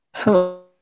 Hello